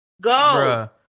Go